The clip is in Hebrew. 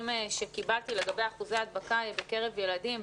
שקיבלתי לגבי אחוזי ההדבקה בקרב ילדים.